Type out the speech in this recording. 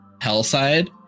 Hellside